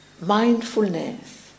mindfulness